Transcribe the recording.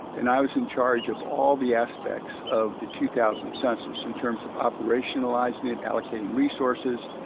and i was in charge of all the aspects of the two thousand census in terms of operationalizing it, allocating resources,